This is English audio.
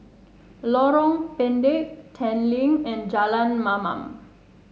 Lorong Pendek Tanglin and Jalan Mamam